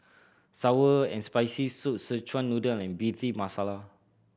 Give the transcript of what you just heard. sour and Spicy Soup Szechuan Noodle and Bhindi Masala